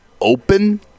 open